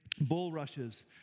bulrushes